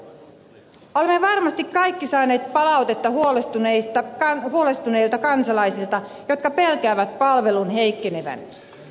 olemme varmasti kaikki saaneet palautetta huolestuneilta kansalaisilta jotka pelkäävät palvelun heikkenevän